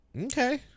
Okay